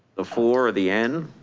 the four or the n?